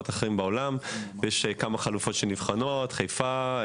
יש כמה חלופות שנבחנות: חיפה,